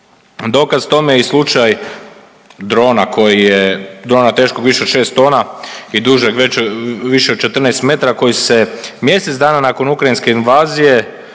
drona koji je, drona teškog više od 6 tona i dužeg višeg od 14 m koji se mjesec dana nakon ukrajinske invazije